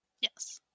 Yes